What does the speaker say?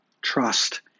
trust